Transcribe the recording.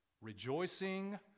rejoicing